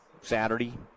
Saturday